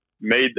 made